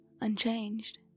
unchanged